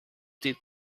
did